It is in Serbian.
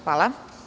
Hvala.